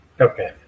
Okay